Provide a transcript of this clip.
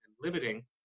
limiting